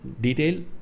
detail